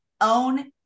own